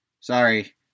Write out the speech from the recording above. Sorry